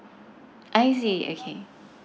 I see okay